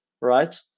right